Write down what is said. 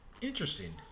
Interesting